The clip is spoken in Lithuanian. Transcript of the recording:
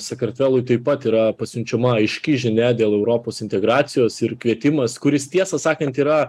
sakartvelui taip pat yra pasiunčiama aiški žinia dėl europos integracijos ir kvietimas kuris tiesą sakant yra